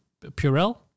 Purell